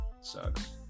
sucks